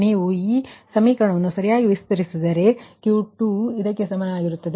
ನೀವು ಈ ಸಮೀಕರಣವನ್ನು ಸರಿಯಾಗಿ ವಿಸ್ತರಿಸಿದರೆ ನಿಮಗೆ Q2 ಇದಕ್ಕೆ ಸಮನಾಗಿರುತ್ತದೆ